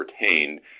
retained